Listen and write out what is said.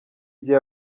igihe